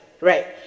right